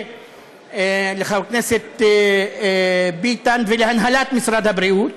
וגם לחבר הכנסת ביטן ולהנהלת משרד הבריאות,